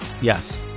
Yes